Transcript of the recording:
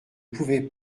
pouvait